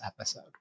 episode